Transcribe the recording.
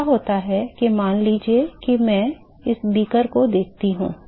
तो क्या होता है कि मान लीजिए कि मैं इस बीकर को देखता हूं